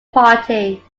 party